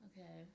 Okay